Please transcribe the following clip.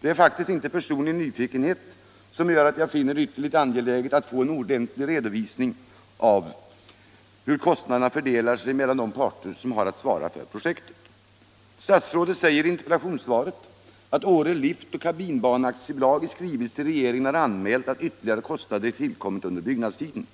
Det är inte personlig nyfikenhet som gör att jag finner det ytterligt angeläget att få en ordentlig redovisning av hur kostnaderna fördelar sig mellan de parter som har att svara för projektet. Statsrådet säger i interpellationssvaret att Åre Liftoch Kabinbane AB i skrivelse till regeringen har anmält att ytterligare kostnader tillkommit under byggnadstiden.